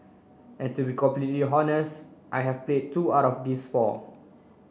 and to be completely I have played two out of these four